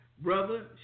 brother